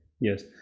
Yes